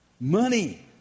Money